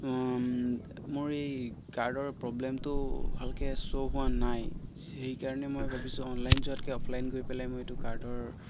মোৰ এই কাৰ্ডৰ প্ৰব্লেমটো ভালকৈ শ্ব' হোৱা নাই সেইকাৰণে মই ভাবিছোঁ অনলাইন যোৱাতকৈ অফলাইন গৈ পেলাই মই এইটো কাৰ্ডৰ